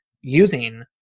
using